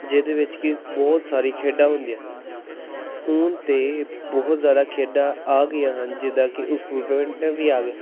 ਜਿਹਦੇ ਵਿੱਚ ਕਿ ਬਹੁਤ ਸਾਰੀਆਂ ਖੇਡਾਂ ਹੁੰਦੀਆਂ ਹਨ ਹੁਣ ਤਾਂ ਬਹੁਤ ਜ਼ਿਆਦਾ ਖੇਡਾਂ ਆ ਗਈਆਂ ਹਨ ਜਿੱਦਾਂ ਕਿ ਅਕਿਊਪਮੈਂਟਾਂ ਵੀ ਆ ਗਏ